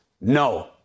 no